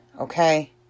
okay